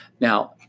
Now